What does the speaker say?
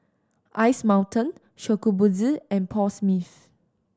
Ice Mountain Shokubutsu and Paul Smith